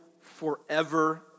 forever